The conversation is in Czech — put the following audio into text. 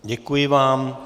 Děkuji vám.